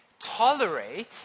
tolerate